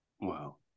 Wow